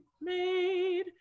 made